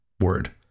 word